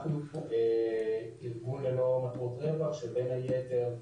אנחנו ארגון שלא למטרות רווח, שבין היתר,